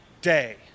day